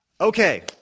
Okay